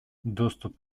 доступ